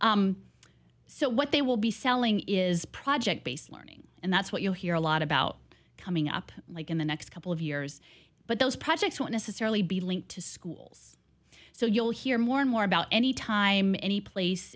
great so what they will be selling is project based learning and that's what you hear a lot about coming up like in the next couple of years but those projects were necessarily be linked to schools so you'll hear more and more about any time any place